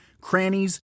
crannies